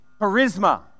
charisma